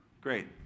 Great